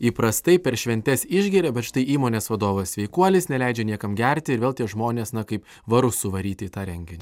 įprastai per šventes išgeria bet štai įmonės vadovas sveikuolis neleidžia niekam gerti ir vėl tie žmonės kaip varu suvaryti į tą renginį